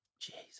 Jesus